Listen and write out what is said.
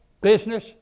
business